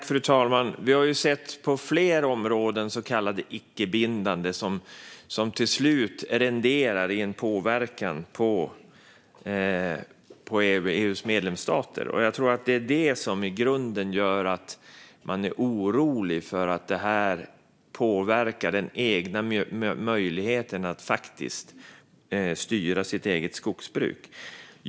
Fru talman! Vi har på flera områden sett så kallade icke bindande strategier, som till slut renderar i påverkan på EU:s medlemsstater. Jag tror att det är det som i grunden gör att man är orolig för att det kommer att påverka möjligheten att styra det egna skogsbruket.